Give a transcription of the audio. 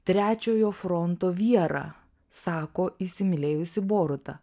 trečiojo fronto vierą sako įsimylėjusi borutą